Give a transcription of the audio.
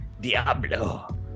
Diablo